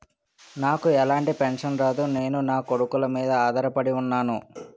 నాకు ఎలాంటి పెన్షన్ రాదు నేను నాకొడుకుల మీద ఆధార్ పడి ఉన్నాను